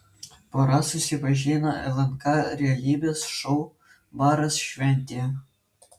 pora susipažino lnk realybės šou baras šventėje